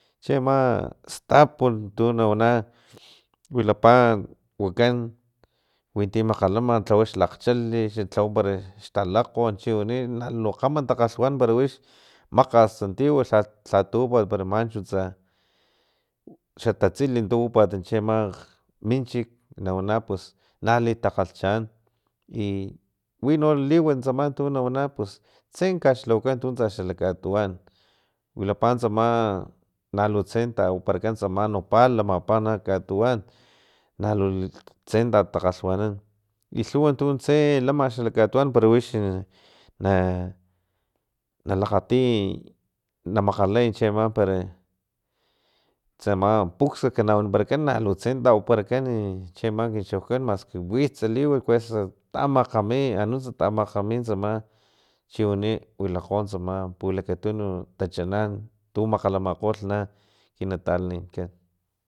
Cheama stap untu na wana wilapa wakan witi makgalama tlawa xlakgchalix tlawa para talakgon chiwani nalu kgama takgalhwnan para wix makgas tiw lha lhatu manchu para tsa xatatsil tu wapat chiama minchik nawan pus nali takgalhchaan i wino liwat tsama tu no nawana tse kaxlawakan tu tsa xala katuwan wilapa tsama na lutse tawakan wanikan tsama nopal lamapa na katuwan na lutse litatakgalhwanan i lhuwa tuntse lama xalak katuwan para wix na lakgatiy i na makagalay chiama para tsama puxkak waniparakan nalu tse tawaparakan e chiama kin chaukan maski witsa liwat kuesa tamakgami na nunts tamakgami tsama chiwani wilkgo tsama pulakatunu tachanan tu makgalamakgo na kinatalaninkan